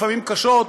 לפעמים קשות,